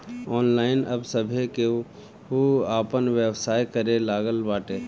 online अब सभे केहू आपन व्यवसाय करे लागल बाटे